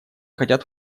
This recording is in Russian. хотят